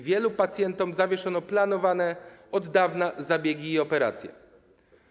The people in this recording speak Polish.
Wielu pacjentom zawieszono planowane od dawna zabiegi i operacje.